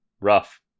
rough